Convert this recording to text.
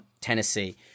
Tennessee